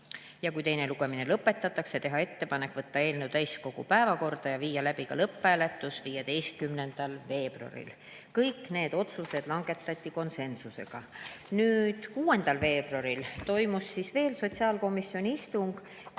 ja kui teine lugemine lõpetatakse, teha ettepanek võtta eelnõu täiskogu päevakorda ja viia läbi lõpphääletus 15. veebruaril. Kõik need otsused langetati konsensusega. 6. veebruaril toimus veel üks sotsiaalkomisjoni istung,